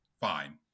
Fine